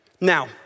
Now